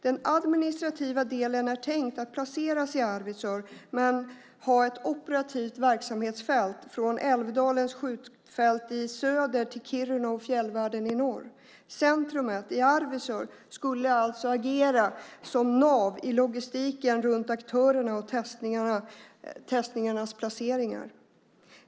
Den administrativa delen är tänkt att placeras i Arvidsjaur men ha ett operativt verksamhetsfält från Älvdalens flygfält i söder till Kiruna och fjällvärden i norr. Centrumet i Arvidsjaur skulle alltså agera som nav i logistiken runt aktörerna och testningarnas placeringar.